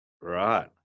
right